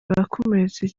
bakomeretse